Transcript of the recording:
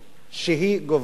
שהיא גובה מהאזרחים.